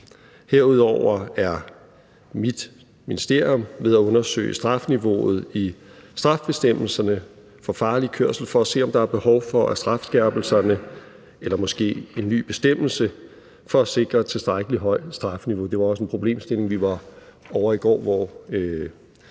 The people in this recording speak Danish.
Herudover er mit ministerium ved at undersøge strafniveauet i strafbestemmelserne for farlig kørsel for at se, om der er behov for strafskærpelserne – eller måske en ny bestemmelse – for at sikre et tilstrækkelig højt strafniveau. Det var også en problemstilling vi var inde over i går, hvor